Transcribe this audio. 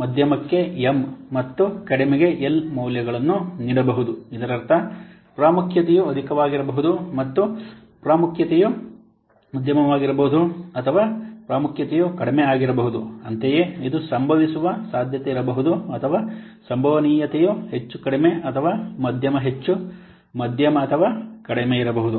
ಮಧ್ಯಮಕ್ಕೆ M ಮತ್ತು ಕಡಿಮೆಗೆ L ಮೌಲ್ಯಗಳನ್ನು ನೀಡಬಹುದು ಇದರರ್ಥ ಪ್ರಾಮುಖ್ಯತೆಯು ಅಧಿಕವಾಗಿರಬಹುದು ಮತ್ತು ಪ್ರಾಮುಖ್ಯತೆಯು ಮಧ್ಯಮವಾಗಿರಬಹುದು ಅಥವಾ ಪ್ರಾಮುಖ್ಯತೆಯು ಕಡಿಮೆ ಆಗಿರಬಹುದು ಅಂತೆಯೇ ಇದು ಸಂಭವಿಸುವ ಸಾಧ್ಯತೆಯಿರಬಹುದು ಅಥವಾ ಸಂಭವನೀಯತೆಯು ಹೆಚ್ಚು ಕಡಿಮೆ ಅಥವಾ ಮಧ್ಯಮ ಹೆಚ್ಚು ಮಧ್ಯಮ ಅಥವಾ ಕಡಿಮೆ ಇರಬಹುದು